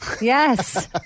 Yes